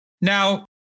Now